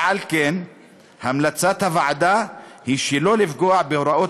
ועל כן המלצת הוועדה היא שלא לפגוע בהוראות